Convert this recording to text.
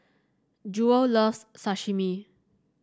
Jewell loves Sashimi